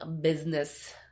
business